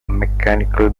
mechanical